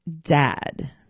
dad